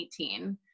2018